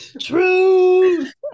Truth